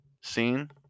scene